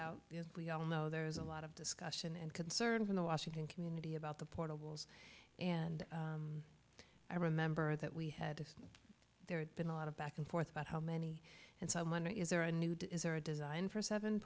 out we all know there's a lot of discussion and concern from the washington community about the portables and i remember that we had there been a lot of back and forth about how many and so i'm wondering is there a new is there a design for seven